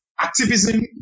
activism